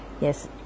yes